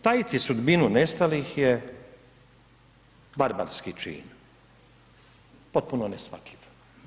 Tajiti sudbinu nestalih je barbarski čin potpuno neshvatljiv.